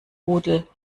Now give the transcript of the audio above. rudel